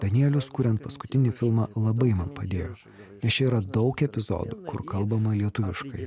danielius kuriant paskutinį filmą labai man padėjo nes čia yra daug epizodų kur kalbama lietuviškai